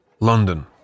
London